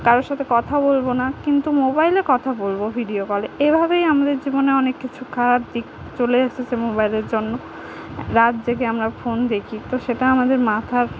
কারোর সাথে কথা বলব না কিন্তু মোবাইলে কথা বলব ভিডিও কলে এভাবেই আমাদের জীবনে অনেক কিছু খারাপ দিক চলে এসেছে মোবাইলের জন্য রাত জেগে আমরা ফোন দেখি তো সেটা আমাদের মাথার